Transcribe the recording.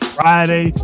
Friday